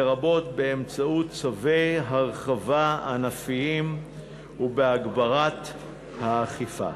לרבות באמצעות צווי הרחבה ענפיים ובהגברת האכיפה.